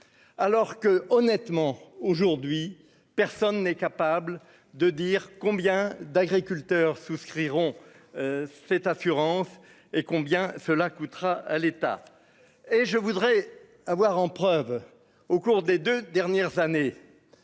alors que, honnêtement, aujourd'hui, personne n'est capable de dire combien d'agriculteurs souscriront cette assurance et combien cela coûtera à l'État et je voudrais avoir en preuve au cours des 2 dernières années,